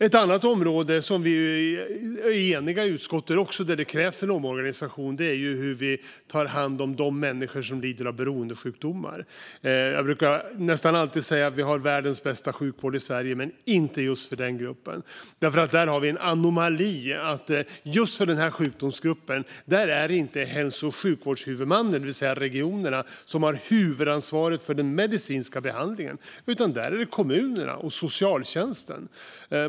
Ett annat område där vi i utskottet är eniga om att det krävs en omorganisation är hur vi tar hand om de människor som lider av beroendesjukdomar. Jag brukar nästan alltid säga att vi har världens bästa sjukvård i Sverige, men inte just för den gruppen. Där har vi en anomali: Just för den sjukdomsgruppen är det inte hälso och sjukvårdshuvudmannen, det vill säga regionerna, som har huvudansvaret för den medicinska behandlingen, utan där är det kommunerna och socialtjänsten.